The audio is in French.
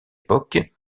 époque